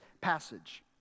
passage